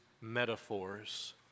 metaphors